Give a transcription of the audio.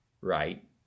right